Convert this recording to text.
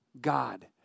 God